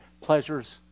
Pleasures